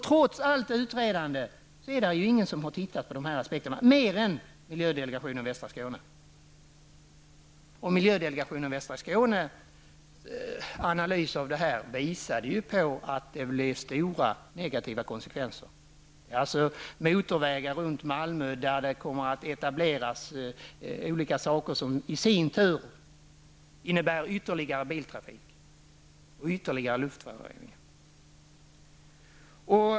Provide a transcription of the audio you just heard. Trots allt utredande har ingen förutom Miljödelegationen västra Skåne undersökt de aspekterna, och delegationens analys visade att det blir fråga om stora negativa konsekvenser. Det är alltså fråga om motorvägar runt Malmö, där det kommer att etableras verksamheter som i sin tur innebär ytterligare biltrafik och ytterligare luftföroreningar.